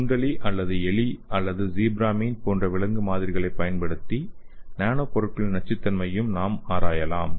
சுண்டெலி அல்லது எலி அல்லது ஸீப்ரா மீன் போன்ற விலங்கு மாதிரிகளைப் பயன்படுத்தி நானோ பொருட்களின் நச்சுத்தன்மையையும் நாம் ஆராயலாம்